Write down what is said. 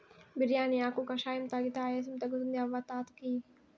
బిర్యానీ ఆకు కషాయం తాగితే ఆయాసం తగ్గుతుంది అవ్వ తాత కియి